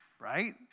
Right